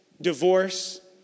divorce